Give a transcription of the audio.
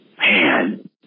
man